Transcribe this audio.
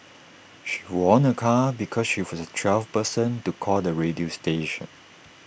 she won A car because she was the twelfth person to call the radio station